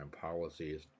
policies